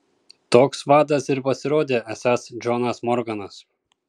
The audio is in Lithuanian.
toks vadas ir pasirodė esąs džonas morganas